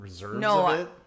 no